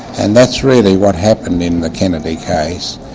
and that's really what happened in the kennedy case.